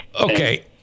Okay